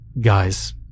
Guys